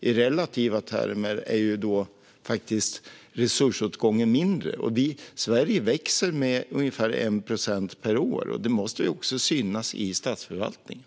I relativa termer är resursåtgången faktiskt mindre. Sverige växer med ungefär en procent per år, och det måste synas i statsförvaltningen.